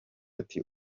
ati